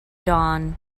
dawn